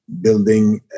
building